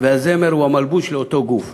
והזמר הוא המלבוש לאותו גוף.